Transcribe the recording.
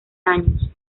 años